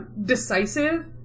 decisive